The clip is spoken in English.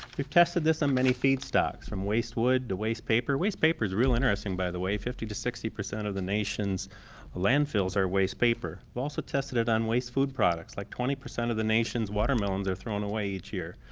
we've tested this on many feedstocks from waste wood to waste paper. waste paper is real interesting by the way, fifty to sixty percent of the nation's landfills are waste paper. we've also tested it on waste food products, like twenty percent of the nation's watermelons are thrown away each year.